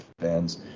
fans